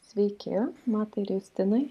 sveiki matai ir justinai